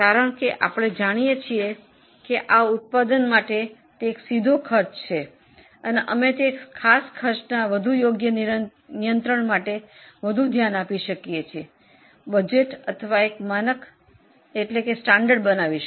કારણ કે આપણે જાણીએ છીએ કે આ ઉત્પાદન માટે તે એક પ્રત્યક્ષ ખર્ચ છે અને અમે તે ખર્ચના યોગ્ય નિયંત્રણ માટે બજેટ અથવા એક પ્રમાણ બનાવીશું